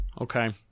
okay